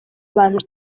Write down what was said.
abantu